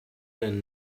denn